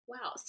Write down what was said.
Wow